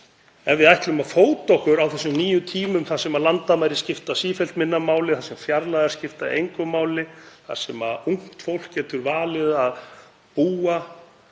ef við ætlum að fóta okkur á þessum nýju tímum, þar sem landamæri skipta sífellt minna máli, þar sem fjarlægðir skipta engu máli, þar sem ungt fólk getur valið að búa